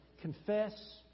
confess